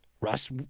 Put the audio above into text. Russ